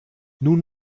nun